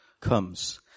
comes